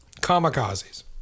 kamikazes